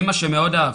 אימא שמאוד אהבתי.